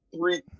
three